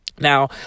Now